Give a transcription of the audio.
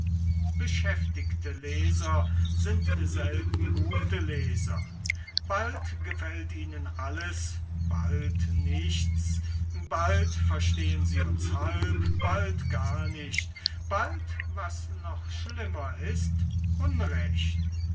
beschäftigte leser sind selten gute leser bald gefällt ihnen alles bald nichts bald verstehn sie uns halb bald gar nicht bald was das schlimmste ist unrecht